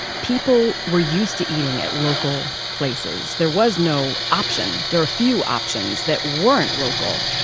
people were used to eating at local places. there was no option. there were few options that weren't local.